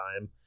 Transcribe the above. time